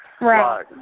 Right